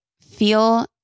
feel